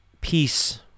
peace